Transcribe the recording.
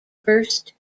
first